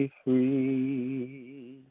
free